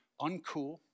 uncool